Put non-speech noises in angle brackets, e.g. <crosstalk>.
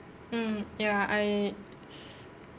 mm ya I <breath>